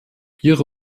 ihre